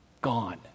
gone